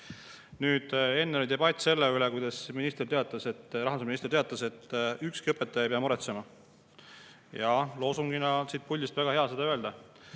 Enne oli debatt selle üle, kuidas rahandusminister teatas, et ükski õpetaja ei pea muretsema. Jaa, loosungina on siit puldist väga hea seda öelda.